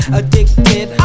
addicted